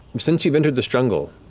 since you've entered this jungle,